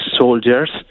soldiers